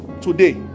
today